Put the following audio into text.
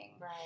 Right